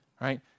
right